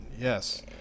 Yes